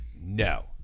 no